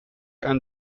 and